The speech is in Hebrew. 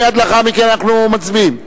מייד לאחר מכן אנחנו מצביעים.